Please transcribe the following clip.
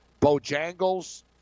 Bojangles